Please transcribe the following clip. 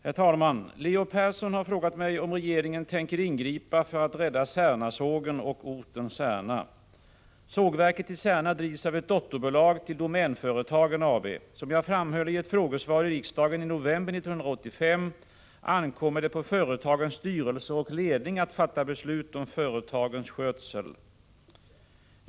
Herr talman! Leo Persson har frågat mig om regeringen tänker ingripa för att rädda Särnasågen och orten Särna. Sågverket i Särna drivs av ett dotterbolag till Domänföretagen AB. Som jag framhöll i ett frågesvar i riksdagen i november 1985 ankommer det på företagens styrelser och ledning att fatta beslut om företagens skötsel.